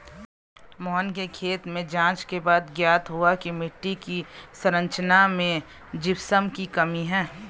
मोहन के खेत में जांच के बाद ज्ञात हुआ की मिट्टी की संरचना में जिप्सम की कमी है